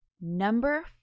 number